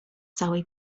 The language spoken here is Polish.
całej